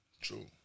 True